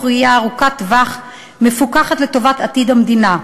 ראייה ארוכת טווח ומפוכחת לטובת עתיד המדינה.